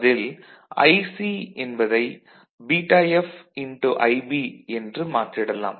இதில் IC என்பதை βFIB என்று மாற்றிடலாம்